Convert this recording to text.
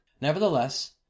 Nevertheless